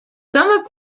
some